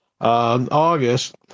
August